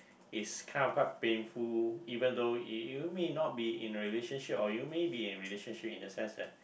it's kind of quite painful even though you may not be in a relationship or you may be in relationship in the sense that